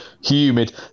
humid